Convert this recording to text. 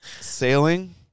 Sailing